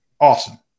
awesome